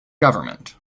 government